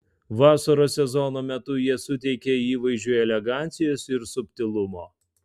vasaros sezono metu jie suteikia įvaizdžiui elegancijos ir subtilumo